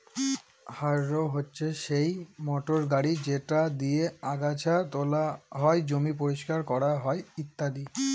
harrow হচ্ছে সেই motor গাড়ি যেটা দিয়ে আগাচ্ছা তোলা হয়, জমি পরিষ্কার করা হয় ইত্যাদি